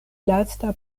lasta